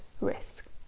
risk